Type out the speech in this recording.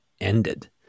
ended